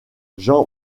jean